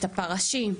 את הפרשים,